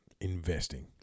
investing